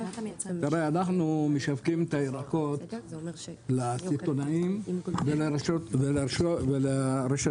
אנחנו משווקים את הירקות לסיטונאים ולרשתות.